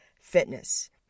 fitness